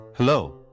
Hello